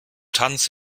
tanz